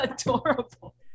adorable